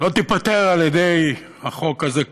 לא תיפתר על-ידי החוק הזה,